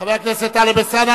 חבר הכנסת טלב אלסאנע,